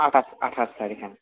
আঠাশ আঠাশ তারিখ হ্যাঁ